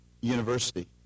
University